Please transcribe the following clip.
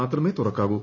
മാത്രമെ തുറക്കാവു